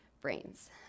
brains